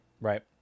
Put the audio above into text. Right